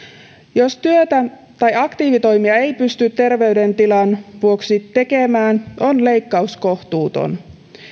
jos työtä tai aktiivitoimia ei pysty terveydentilan vuoksi tekemään on leikkaus kohtuuton